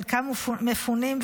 חלקם מפונים,